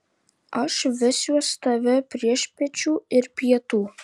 aš vesiuos tave priešpiečių ir pietų